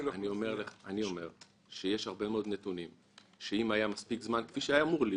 אני כבר הספקתי לרשום.